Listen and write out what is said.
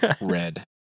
red